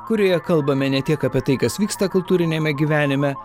kurioje kalbame ne tiek apie tai kas vyksta kultūriniame gyvenime